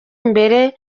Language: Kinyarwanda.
imbere